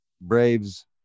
braves